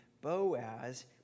Boaz